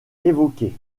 évoquées